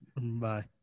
Bye